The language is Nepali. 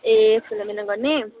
ए फिलोमिना गर्ने